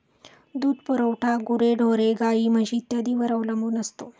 दूध पुरवठा गुरेढोरे, गाई, म्हशी इत्यादींवर अवलंबून असतो